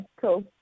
cool